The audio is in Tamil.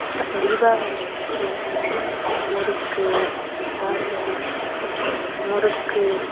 தீபாவளி அன்னிக்கி என்னென்னனால் முறுக்கு முறுக்கு